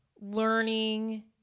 learning